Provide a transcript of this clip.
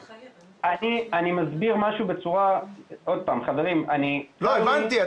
עוד פעם, חברים --- הבנתי.